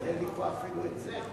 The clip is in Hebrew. אבל אין לי פה אפילו את זה.